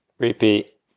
repeat